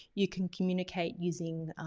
you can communicate using,